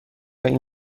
این